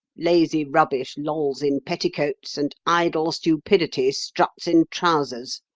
lazy rubbish lolls in petticoats, and idle stupidity struts in trousers.